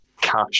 Cash